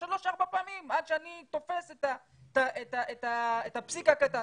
שלוש-ארבע פעמים עד שאני תופס את הפסיק הקטן,